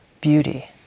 beauty